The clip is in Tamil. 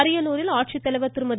அரியலூர் ஆட்சித்தலைவர் திருமதி